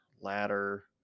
ladder